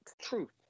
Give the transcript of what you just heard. truth